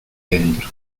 dentro